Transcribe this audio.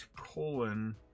colon